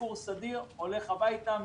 ביקור סדיר הולך הביתה,